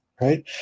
right